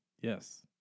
Yes